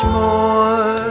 more